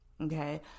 Okay